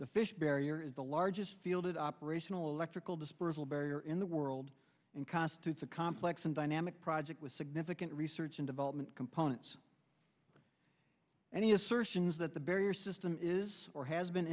the fish barrier is the largest fielded operational electrical dispersal barrier in the world and constitutes a complex and dynamic project with significant research in components any assertions that the barrier system is or has been